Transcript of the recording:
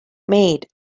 made